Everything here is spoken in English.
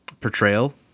portrayal